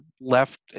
left